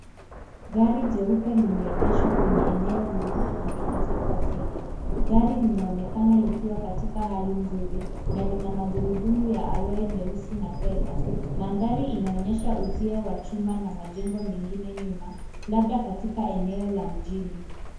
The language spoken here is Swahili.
Gari jeupe limeegeshwa kwenye eneo lililotengenezwa kwa zege. Gari linaonekana likiwa katika hali nzuri na lina magurudumu ya aloi meusi na fedha. Mandhari inaonyesha uzio wa chuma na majengo mengine nyuma labda katika eneo la mjini.